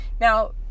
Now